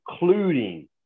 including